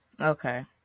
Okay